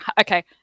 okay